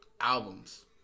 albums